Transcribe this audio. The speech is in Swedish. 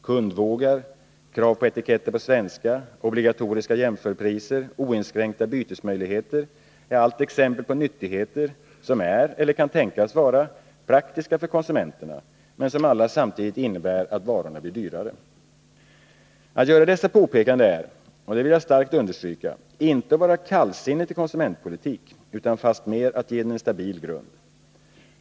Kundvågar, krav på etiketter på svenska, obligatoriska jämförpriser och oinskränkta bytesmöjligheter är exempel på nyttigheter som är, eller kan tänkas vara, praktiska för konsumenterna men som alla samtidigt innebär att varorna blir dyrare. Att göra dessa påpekanden är — och jag vill starkt understryka detta — inte att vara kallsinnig till konsumentpolitik utan fastmer att ge den en stabil grund.